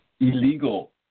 Illegal